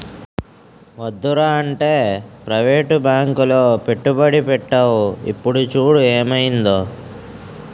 వద్దురా అంటే ప్రవేటు బాంకులో పెట్టుబడి పెట్టేవు ఇప్పుడు చూడు ఏమయిందో